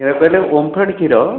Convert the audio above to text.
ୟାକୁ କହିଲେ ଓମ୍ଫେଡ଼ କ୍ଷୀର